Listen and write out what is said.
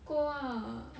够啊